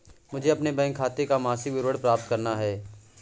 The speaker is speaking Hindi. मुझे अपने बैंक खाते का मासिक विवरण प्राप्त करना है?